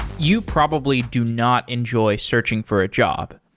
you probably do not enjoy searching for a job.